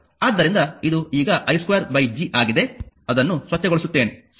ಆದ್ದರಿಂದ ಇದು ಈಗ i2 G ಆಗಿದೆ ಅದನ್ನು ಸ್ವಚ್ಛಗೊಳಿಸುತ್ತೇನೆ ಸರಿ